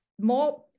more